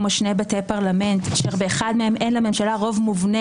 כמו שני בתי פרלמנט אשר באחד מהם אין לממשלה רוב מובנה